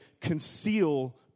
conceal